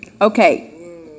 Okay